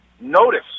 notice